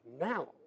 now